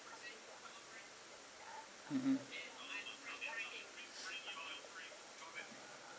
mm mm